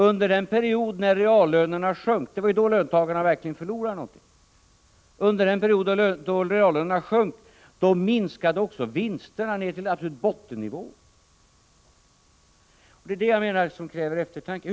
Under den period då reallönerna sjönk — det var ju då löntagarna verkligen förlorade någonting — då minskade också vinsterna till absolut bottennivå. Det är det jag menar kräver eftertanke.